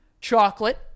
Chocolate